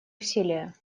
усилия